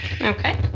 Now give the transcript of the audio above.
Okay